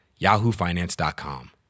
yahoofinance.com